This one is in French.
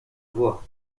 vois